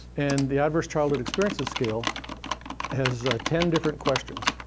and the adverse childhood experiences scale has ten different questions,